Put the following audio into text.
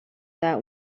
that